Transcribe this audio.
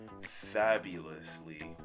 fabulously